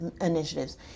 initiatives